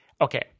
okay